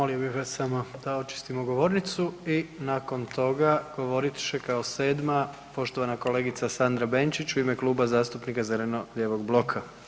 Molio bih vas samo da očistimo govornicu i nakon toga govorit će kao sedma poštovana kolegica Sandra Benčić u ime Kluba zastupnika zeleno-lijevog bloka.